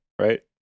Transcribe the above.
right